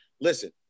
listen